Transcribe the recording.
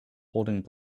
holding